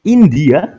India